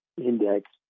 index